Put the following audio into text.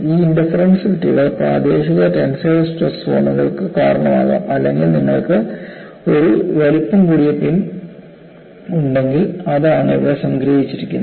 ഈ ഇൻറർഫറൻസ് ഫിറ്റുകൾ പ്രാദേശിക ടെൻസൈൽ സ്ട്രെസ് സോണുകൾക്ക് കാരണമാകാം അല്ലെങ്കിൽ നിങ്ങൾക്ക് ഒരു വലിപ്പം കൂടിയ പിൻ ഉണ്ടെങ്കിൽ അതാണ് ഇവിടെ സംഗ്രഹിച്ചിരിക്കുന്നത്